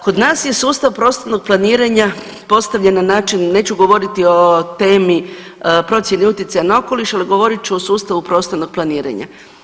Kod nas je sustav prostornog planiranja postavljen na način neću govoriti o temi procjene utjecaja na okoliš, ali govorit ću o sustavu prostornog planiranja.